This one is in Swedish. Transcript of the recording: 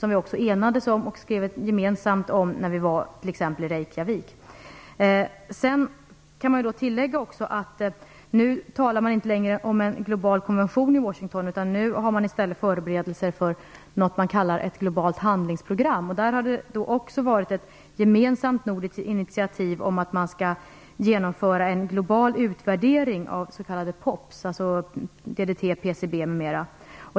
Det enades vi om och hade en gemensam skrivning om t.ex. när vi var i Reykjavik. Det kan också tilläggas att man nu inte längre talar om en global konvention i Washington. Nu gör man i stället förberedelser för något som man kallar ett globalt handlingsprogram. Det har också tagits ett gemensamt nordiskt initiativ om att man skall genomföra en global utvärdering av s.k. pops, dvs. DDT, PCB m.fl.